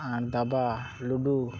ᱟ ᱫᱟᱵᱟ ᱞᱩᱰᱩ